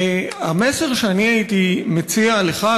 המסר שאני הייתי מציע לך,